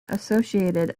associated